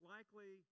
Likely